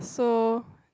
so